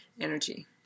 energy